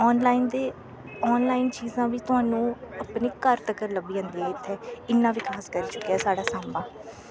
online ते online चीजां बी थोआनू अपने घर तक्कर लब्भी जंदी इत्थैं इन्ना विकास करी चुक्केआ ऐ साढ़ा सांबा